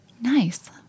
Nice